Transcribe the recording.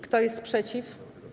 Kto jest przeciw?